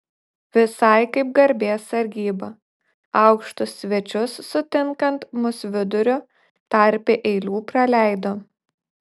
visai kaip garbės sargyba aukštus svečius sutinkant mus viduriu tarpe eilių praleido